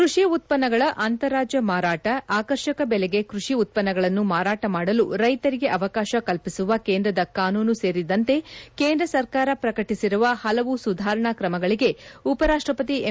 ಕ್ಕಷಿ ಉತ್ತನ್ನಗಳ ಅಂತಾರಾಜ್ಞ ಮಾರಾಟ ಆಕರ್ಷಕ ಬೆಲೆಗೆ ಕೃಷಿ ಉತ್ತನ್ನಗಳನ್ನು ಮಾರಾಟ ಮಾಡಲು ರೈಶರಿಗೆ ಅವಕಾಶ ಕಲ್ಪಿಸುವ ಕೇಂದ್ರದ ಕಾನೂನು ಸೇರಿದಂತೆ ಕೇಂದ್ರ ಸರ್ಕಾರ ಪ್ರಕಟಿಸಿರುವ ಪಲವು ಸುಧಾರಣಾ ಕ್ರಮಗಳಿಗೆ ಉಪರಾಷ್ಷಪತಿ ಎಂ